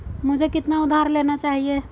मुझे कितना उधार लेना चाहिए?